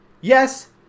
Yes